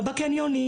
לא בקניונים,